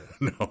No